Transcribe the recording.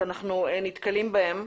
שאנחנו נתקלים בה,